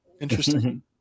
interesting